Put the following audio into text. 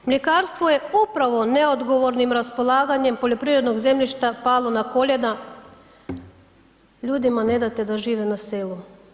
Mljekarstvo je upravo neodgovornim raspolaganjem poljoprivrednog zemljišta palo na koljena, ljudima ne date da žive na selu.